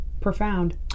profound